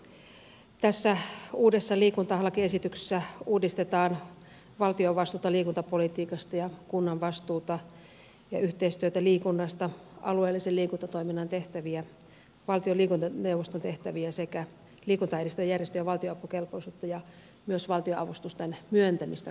tässä uudessa liikuntalakiesityksessä uudistetaan valtion vastuuta liikuntapolitiikasta ja kunnan vastuuta ja yhteistyötä liikunnasta alueellisen liikuntatoiminnan tehtäviä valtion liikuntaneuvoston tehtäviä sekä liikuntaa edistävien järjestöjen valtionapukelpoisuutta ja myös valtionavustusten myöntämistä koskevia säädöksiä